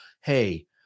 hey